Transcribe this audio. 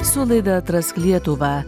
su laida atrask lietuvą